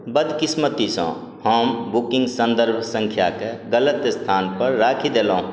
बदकिस्मतीसँ हम बुकिंग सन्दर्भ सङ्ख्याके गलत स्थानपर राखि देलहुँ